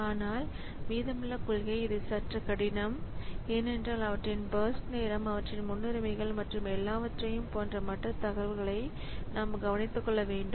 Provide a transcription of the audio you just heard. ஆனால் மீதமுள்ள கொள்கை இது சற்று கடினம் ஏனென்றால் அவற்றின் பர்ஸ்ட் நேரம் அவற்றின் முன்னுரிமைகள் மற்றும் எல்லாவற்றையும் போன்ற மற்ற தகவல்களை நாம் கவனித்துக் கொள்ள வேண்டும்